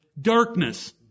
Darkness